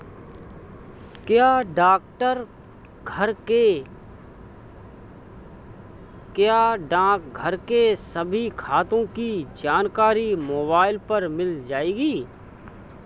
क्या डाकघर के सभी खातों की जानकारी मोबाइल पर मिल जाएगी?